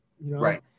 Right